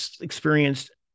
experienced